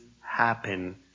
happen